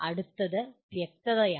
അടുത്തത് "വ്യക്തത" ആണ്